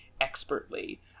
expertly